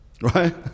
Right